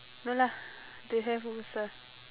no lah they have